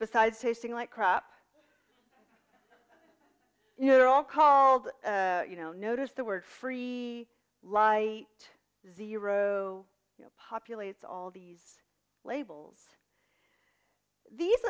besides tasting like crap you know all called you know notice the word free lie zero populates all these labels these